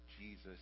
Jesus